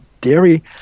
dairy